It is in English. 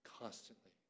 constantly